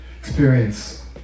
experience